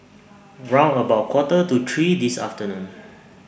round about Quarter to three This afternoon